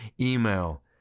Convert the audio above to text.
email